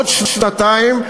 עוד שנתיים,